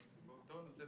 באותו נושא,